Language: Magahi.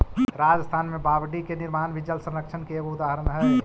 राजस्थान में बावडि के निर्माण भी जलसंरक्षण के एगो उदाहरण हई